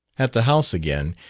at the house again,